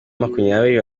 makumyabiri